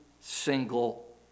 single